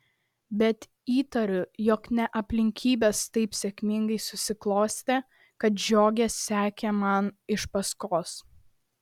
bet įtariu jog ne aplinkybės taip sėkmingai susiklostė kad žiogė sekė man iš paskos